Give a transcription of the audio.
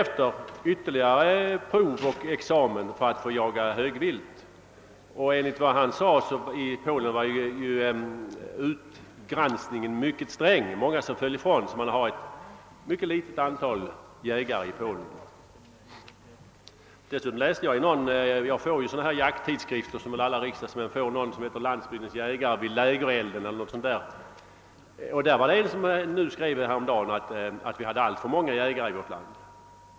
För att få jaga högvilt skulle krävas ytterligare prov och examen. Enligt vad han framhöll var utgallringen vid utbildningen i Polen mycket sträng, och man har där ett mycket litet antal jägare. Jag får i likhet med andra riksdagsmän olika jakttidskrifter, och jag har i en sådan som heter »Jakt och Jägare — Kring Lägerelden» läst en artikel, där det framhölls att det finns för många jägare i vårt land.